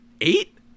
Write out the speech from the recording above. Eight